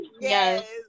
yes